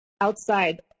outside